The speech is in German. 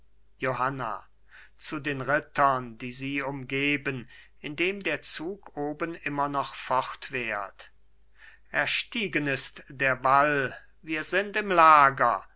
johanna zu den rittern die sie umgeben indem der zug oben immer noch fortwährt erstiegen ist der wall wir sind im lager